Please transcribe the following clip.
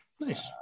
Nice